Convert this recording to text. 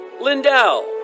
Lindell